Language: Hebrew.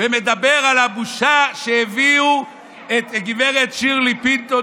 ומדבר על הבושה שהביאו את גב' שירלי פינטו,